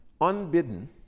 unbidden